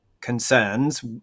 concerns